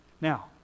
Now